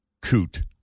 coot